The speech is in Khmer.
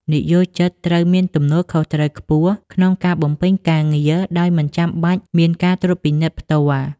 និយោជិតត្រូវមានទំនួលខុសត្រូវខ្ពស់ក្នុងការបំពេញការងារដោយមិនចាំបាច់មានការត្រួតពិនិត្យផ្ទាល់។